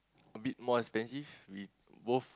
a bit more expensive we both